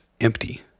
empty